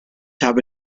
habe